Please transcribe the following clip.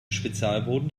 spezialboden